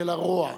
של הרוע,